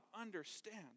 understand